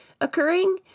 occurring